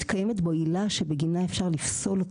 מגלים את זה בדיוק בתקופה שאנחנו נמצאים,